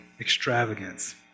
extravagance